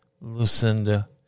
Lucinda